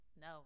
no